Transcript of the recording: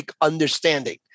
understanding